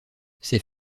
ses